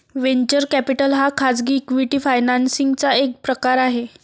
venture capital हा खाजगी equity financing चा एक प्रकार आहे